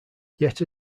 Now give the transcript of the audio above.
yet